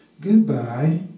Goodbye